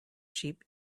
sheep